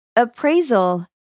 appraisal